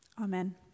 Amen